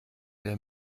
der